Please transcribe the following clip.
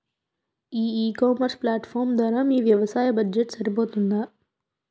ఈ ecommerce platform ధర మీ వ్యవసాయ బడ్జెట్ సరిపోతుందా?